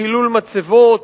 חילול מצבות,